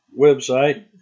website